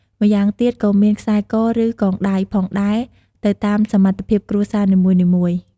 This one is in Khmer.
ម្យ៉ាងទៀតក៏មាន ខ្សែក ឬ កងដៃ ផងដែរទៅតាមសមត្ថភាពគ្រួសារនីមួយៗ។